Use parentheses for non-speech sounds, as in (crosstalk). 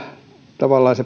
tavallaan (unintelligible)